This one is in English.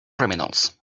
criminals